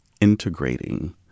integrating